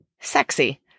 sexy